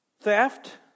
theft